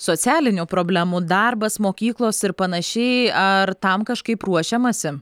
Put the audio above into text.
socialinių problemų darbas mokyklos ir panašiai ar tam kažkaip ruošiamasi